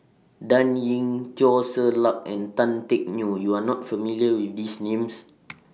Dan Ying Teo Ser Luck and Tan Teck Neo YOU Are not familiar with These Names